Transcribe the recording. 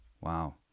Wow